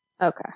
Okay